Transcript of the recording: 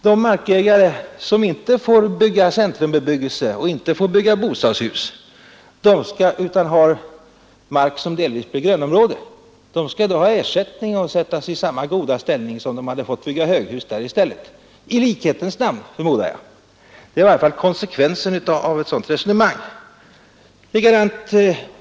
De markägare, som inte får bygga centrumbebyggelse eller bostadshus utan har mark som delvis blir grönområden, de skall då ha ersättning och sättas i samma goda ställning som om de hade fått bygga höghus på sin mark i stället — i likhetens namn, förmodar jag. Det är i varje fall konsekvensen av ett sådant resonemang.